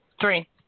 Three